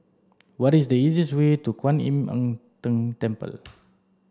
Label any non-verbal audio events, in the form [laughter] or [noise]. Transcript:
what is the easiest way to Kuan Im [unintelligible] Tng Temple [noise]